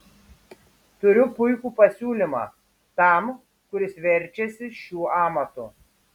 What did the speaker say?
turiu puikų pasiūlymą tam kuris verčiasi šiuo amatu